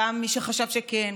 גם למי שחשב שכן,